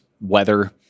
weather